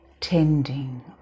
tending